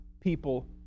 people